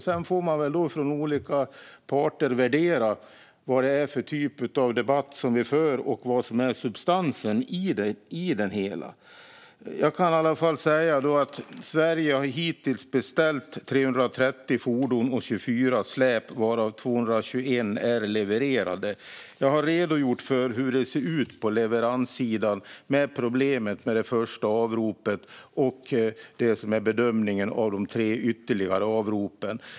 Sedan får väl olika parter värdera vad det är för typ av debatt vi för och vad som är substansen i det hela. Jag kan i alla fall säga att Sverige hittills har beställt 330 fordon och 24 släp, varav 221 är levererade. Jag har redogjort för hur det ser ut på leveranssidan, med problemet med det första avropet och bedömningen när det gäller de tre ytterligare avropen.